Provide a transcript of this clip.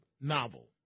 novel